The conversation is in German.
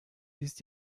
ist